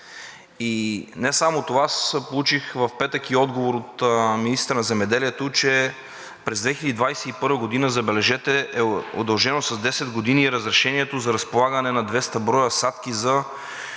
Не само това, аз получих в петък и отговор от министъра на земеделието, че през 2021 г., забележете, е удължено с 10 години разрешението за разполагане на 200 броя садки за